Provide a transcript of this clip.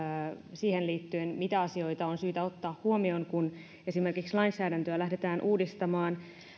liittyen siihen mitä asioita on syytä ottaa huomioon kun esimerkiksi lainsäädäntöä lähdetään uudistamaan